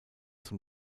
zum